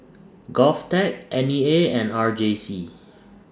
Govtech N E A and R J C